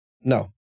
No